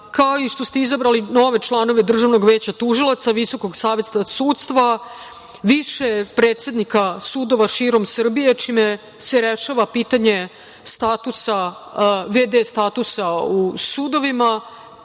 kao i što ste izabrali nove članove Državnog veća tužilaca, Visokog saveta sudstva, više predsednika sudova širom Srbije, čime se rešava pitanje v.d. statusa u sudovima,